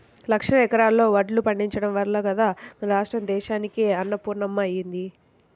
లక్షల ఎకరాల్లో వడ్లు పండించడం వల్లే గదా మన రాష్ట్రం దేశానికే అన్నపూర్ణమ్మ అయ్యింది